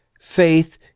Faith